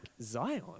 Zion